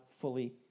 fully